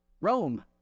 Rome